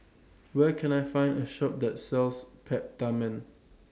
Where Can I Find A Shop that sells Peptamen